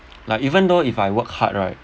like even though if I work hard right